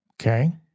Okay